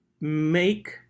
make